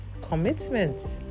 commitment